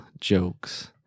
jokes